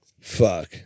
fuck